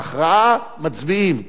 בהכרעה מצביעים,